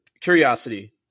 curiosity